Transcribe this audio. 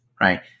right